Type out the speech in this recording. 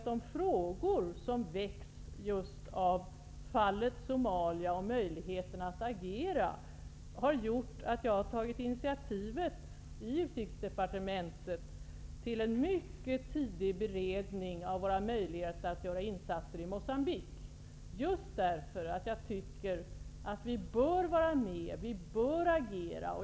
De frågor som väckts av just fallet Somalia och möjligheterna att agera har gjort att jag i utrikesdepartementet har tagit initiativet till en mycket tidig beredning av våra möjligheter att göra insatser i Moçambique, just därför att jag tycker att vi bör vara med, att vi bör agera.